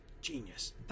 Genius